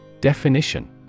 Definition